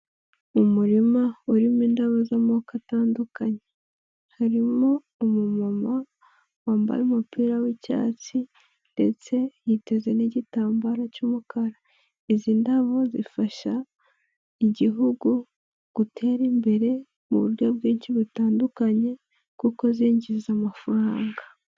Mu murima urimo indabo z'amoko atandukanye. Harimo umumama wambaye umupira w'icyatsi ndetse yiteze n'igitambararo cy'umukara. Izi ndabyo zifasha igihugu gutera imbere muburyo bwinshi butandukanye, kuko zinjiza amafaranga.